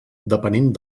depenent